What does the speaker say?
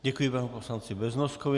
Děkuji panu poslanci Beznoskovi.